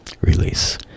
release